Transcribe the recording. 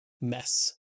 mess